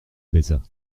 baisa